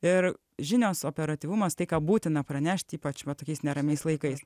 ir žinios operatyvumas tai ką būtina pranešti ypač va tokiais neramiais laikais